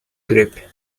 grip